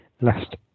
last